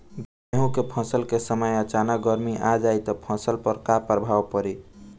गेहुँ के फसल के समय अचानक गर्मी आ जाई त फसल पर का प्रभाव पड़ी?